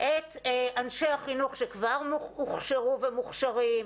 את אנשי החינוך שכבר הוכשרו ומוכשרים.